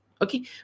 Okay